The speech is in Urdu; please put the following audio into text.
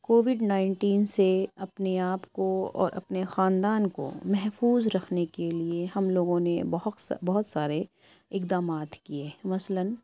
کووڈ نائنٹین سے اپنے آپ کو اور اپنے خاندان کو محفوظ رکھنے کے لیے ہم لوگوں نے بہت سارے اقدامات کیے مثلاً